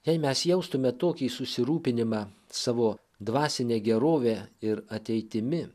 jei mes jaustume tokį susirūpinimą savo dvasine gerove ir ateitimi